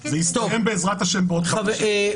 מדובר באירוע שפוגע בצורה החמורה ביותר בזכויות של